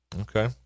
Okay